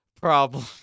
problem